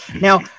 now